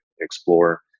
explore